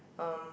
um